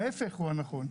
ההפך הוא הנכון,